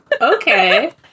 Okay